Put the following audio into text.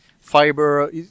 fiber